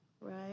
right